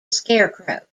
scarecrow